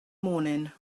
morning